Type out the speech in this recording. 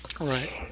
Right